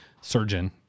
surgeon